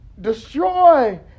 Destroy